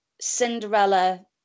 Cinderella